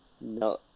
No